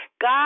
God